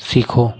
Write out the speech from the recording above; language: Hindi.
सीखो